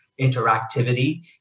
interactivity